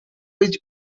was